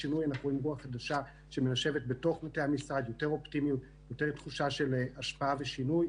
למשרד החוץ מבחינה תקציבית ב-2021?